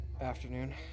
Afternoon